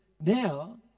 Now